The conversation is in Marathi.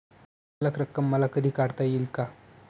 शिल्लक रक्कम मला कधी काढता येईल का?